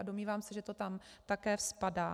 Domnívám se, že to tam také spadá.